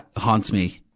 haunts me,